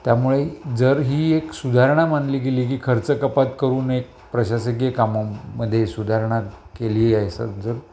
त्यामुळे जर ही एक सुधारणा मानली गेली की खर्च कपात करून एक प्रशासकीय कामांमध्ये सुधारणा केली आहे असं जर